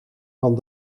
van